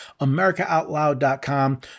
AmericaOutloud.com